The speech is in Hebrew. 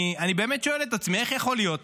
אני באמת שואל את עצמי איך יכול להיות